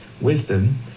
wisdom